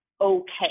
okay